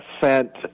sent